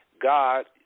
God